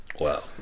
Wow